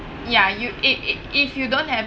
ya you it it if you don't have